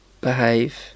behave